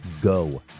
Go